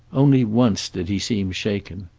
only once did he seem shaken.